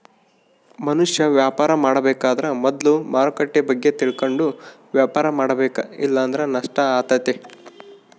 ಮನುಷ್ಯ ವ್ಯಾಪಾರ ಮಾಡಬೇಕಾದ್ರ ಮೊದ್ಲು ಮಾರುಕಟ್ಟೆ ಬಗ್ಗೆ ತಿಳಕಂಡು ವ್ಯಾಪಾರ ಮಾಡಬೇಕ ಇಲ್ಲಂದ್ರ ನಷ್ಟ ಆತತೆ